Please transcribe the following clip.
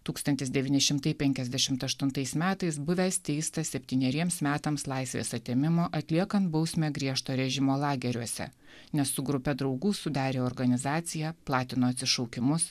tūkstantis devyni šimtai penkiasdešimt aštuntais metais buvęs teistas septyneriems metams laisvės atėmimo atliekant bausmę griežto režimo lageriuose nes su grupe draugų sudarė organizaciją platino atsišaukimus